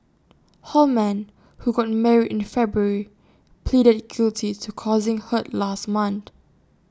Holman who got married in February pleaded guilty to causing hurt last month